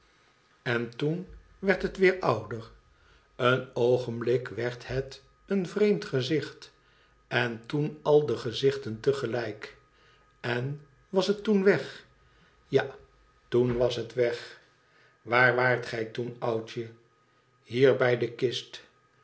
en toen werd het weer ouder een oogenblik werd het een vreemd gezicht en toen al de gezichten te gelijk en was het toen weg ja toen was het weg waar waart gij toen oudje hier bij de kist